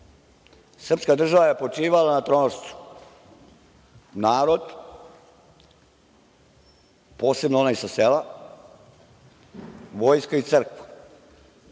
vojsku. Srpska država je počivala na tronošcu, narod, posebno onaj sa sela, vojska i crkva.